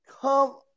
Come